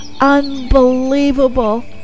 unbelievable